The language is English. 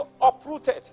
uprooted